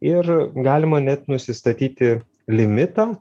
ir galima net nusistatyti limitą